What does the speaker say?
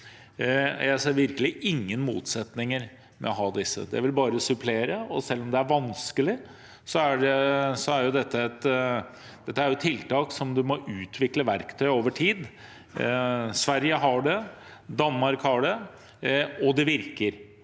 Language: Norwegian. Jeg ser virkelig ingen motsetning her. Det vil bare supplere. Selv om det er vanskelig, er dette tiltak der man må utvikle verktøy over tid. Sverige har det, Danmark har det, og det virker.